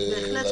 בהחלט.